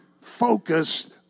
focused